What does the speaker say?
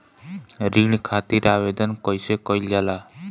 ऋण खातिर आवेदन कैसे कयील जाला?